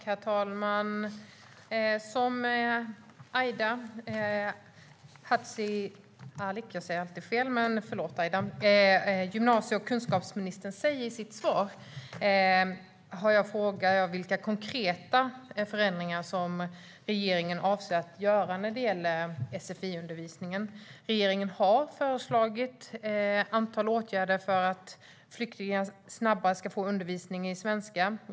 Herr talman! Som gymnasie och kunskapsminister Aida Hadzialic - jag säger alltid fel; förlåt, Aida! - säger i sitt svar har jag frågat vilka konkreta förändringar regeringen avser att göra när det gäller sfi-undervisningen. Regeringen har föreslagit ett antal åtgärder för att flyktingar snabbare ska få undervisning i svenska.